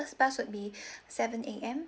first bus would be seven A_M